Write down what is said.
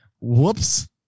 Whoops